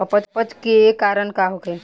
अपच के कारण का होखे?